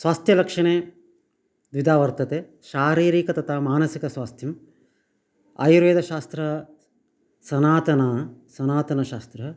स्वास्थ्यलक्षणे द्विधा वर्तते शारीरिक तथा मानसिकस्वास्थ्यम् आयुर्वेदशास्त्रे सनातनं सनातनशास्त्रं